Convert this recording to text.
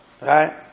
right